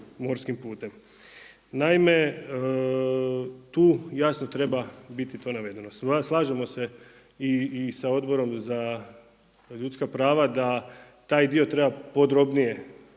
morskim putem. Naime, tu jasno treba biti to navedeno. Slažemo se i sa Odborom za ljudska prava da taj dio treba podrobnije